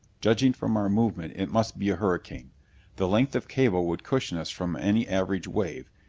judging from our movement it must be a hurricane the length of cable would cushion us from any average wave,